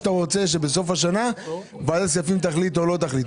אתה רוצה שבסוף השנה ועדת הכספים תחליט או לא תחליט.